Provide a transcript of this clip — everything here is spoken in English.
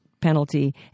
penalty